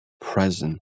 present